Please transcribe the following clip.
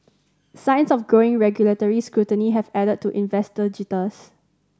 signs of growing regulatory scrutiny have added to investor jitters